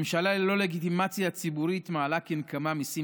ממשלה ללא לגיטימציה ציבורית מעלה כנקמה מיסים